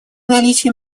наличии